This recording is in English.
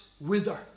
wither